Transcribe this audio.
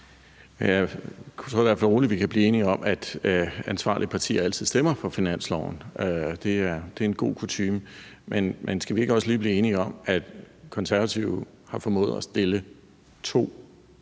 Jeg tror i hvert fald, at vi rolig kan blive enige om, at ansvarlige partier altid stemmer for finansloven. Det er kutyme, og det er godt. Men skal vi ikke også lige blive enige om, at Konservative har formået at stille to